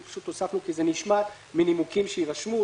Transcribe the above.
הוספנו כי זה נשמט "מנימוקים שיירשמו".